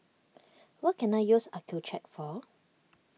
what can I use Accucheck for